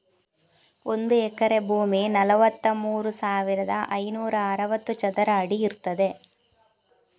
ಒಂದು ಎಕರೆ ಭೂಮಿ ನಲವತ್ತಮೂರು ಸಾವಿರದ ಐನೂರ ಅರವತ್ತು ಚದರ ಅಡಿ ಇರ್ತದೆ